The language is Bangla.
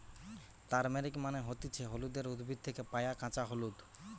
তারমেরিক মানে হতিছে হলুদের উদ্ভিদ থেকে পায়া কাঁচা হলুদ